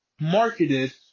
marketed